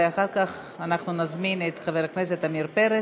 ואחר כך אנחנו נזמין את חבר הכנסת עמיר פרץ.